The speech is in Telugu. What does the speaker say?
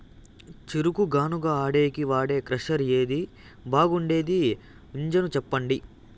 చెరుకు గానుగ ఆడేకి వాడే క్రషర్ ఏది బాగుండేది ఇంజను చెప్పండి?